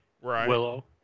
Willow